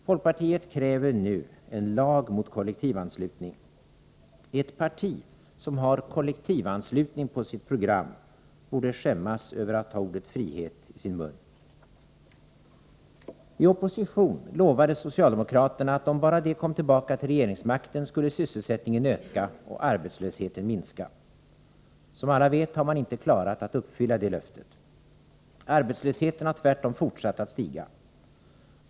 Folkpartiet kräver nu en lag mot kollektivanslutning. Ett parti som har kollektivanslutning på sitt program borde skämmas över att ta ordet frihet i sin mun. I opposition lovade socialdemokraterna att om bara de kom tillbaka till regeringsmakten, skulle sysselsättningen öka och arbetslösheten minska. Som alla vet har man inte klarat att uppfylla det löftet. Arbetslösheten har tvärtom fortsatt att stiga.